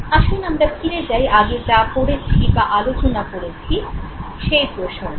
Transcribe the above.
আসুন আমরা ফিরে যাই আগে যা পড়েছি বা আলোচনা করেছি সেই প্রসঙ্গে